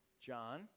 John